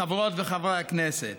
חברות וחברי הכנסת.